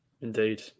Indeed